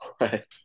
Right